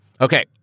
Okay